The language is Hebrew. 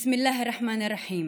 בסם אללה א-רחמאן א-רחים,